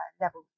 level